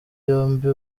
yombi